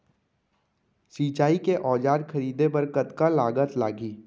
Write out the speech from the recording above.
सिंचाई के औजार खरीदे बर कतका लागत लागही?